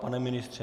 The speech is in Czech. Pane ministře?